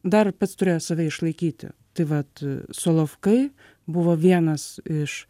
dar pats turėjo save išlaikyti tai vat solovkai buvo vienas iš